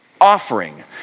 offering